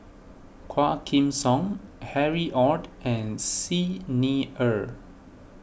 Quah Kim Song Harry Ord and Xi Ni Er